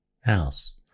house